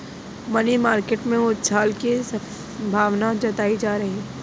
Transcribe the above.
money market में उछाल की संभावना जताई जा रही है